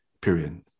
period